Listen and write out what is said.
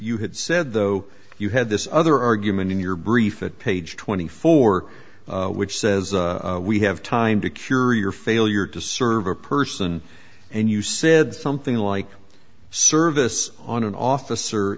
had said though you had this other argument in your brief that page twenty four dollars which says we have time to cure your failure to serve a person and you said something like service on an officer